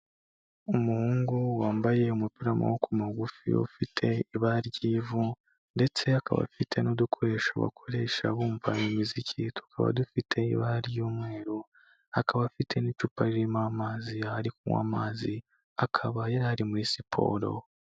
Umuhungu wambaye umupira w'amaboko magufi, ufite ibara ry'ivu ndetse akaba afite n'udukoresho bakoresha bumva imiziki tukaba dufite ibara ry'umweru, akaba afite n'icupa ririmo amazi, ari kunywa amazi akaba yari ari muri siporo.